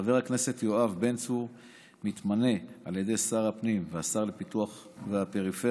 חבר הכנסת יואב בן צור מתמנה על ידי שר הפנים והשר לפיתוח הפריפריה,